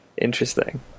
Interesting